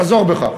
חזור בך.